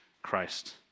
Christ